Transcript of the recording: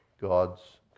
God's